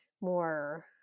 more